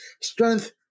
strength